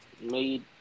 made